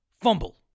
Fumble